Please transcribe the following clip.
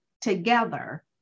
together